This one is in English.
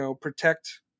protect